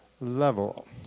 level